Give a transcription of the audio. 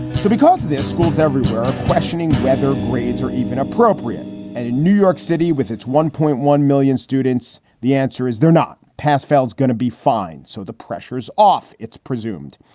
so because there's schools everywhere questioning whether grades are even appropriate and in new york city, with its one point one million students, the answer is they're not pass. feld's gonna be fine. so the pressure is off its presumed,